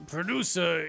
producer